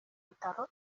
bitaro